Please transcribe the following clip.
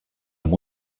amb